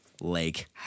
Lake